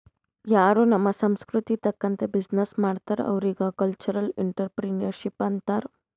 ಯಾರೂ ನಮ್ ಸಂಸ್ಕೃತಿ ತಕಂತ್ತೆ ಬಿಸಿನ್ನೆಸ್ ಮಾಡ್ತಾರ್ ಅವ್ರಿಗ ಕಲ್ಚರಲ್ ಇಂಟ್ರಪ್ರಿನರ್ಶಿಪ್ ಅಂತಾರ್